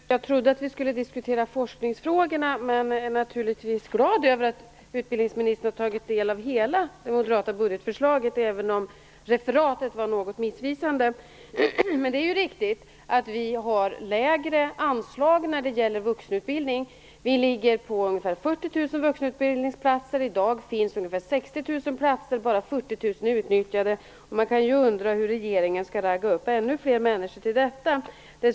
Herr talman! Jag trodde att vi skulle diskutera forskningsfrågorna. Men jag är naturligtvis glad över att utbildningsministern har tagit del av hela det moderata budgetförslaget, även om referatet var något missvisande. Det är riktigt att våra anslag är lägre när det gäller vuxenutbildning. Vi ligger på ungefär 40 000 vuxenutbildningsplatser. I dag finns det ungefär 60 000 platser. Bara 40 000 är utnyttjade. Man kan ju undra hur regeringen skall ragga upp ännu fler människor till dessa platser.